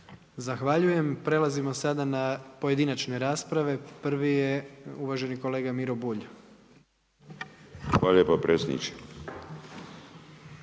Zahvaljujem. Prelazimo sada na pojedinačne rasprave. Prvi je uvaženi kolega Miro Bulj. **Bulj, Miro